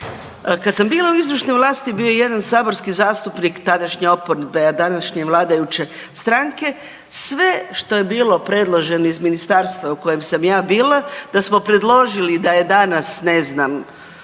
Kad sam bila u izvršnoj vlasti, bio je jedan saborski zastupnik tadašnje oporbe, a današnje vladajuće stranke. Sve što je bilo predloženo iz ministarstva u kojem sam ja bila, da smo predložili da je danas, ne znam,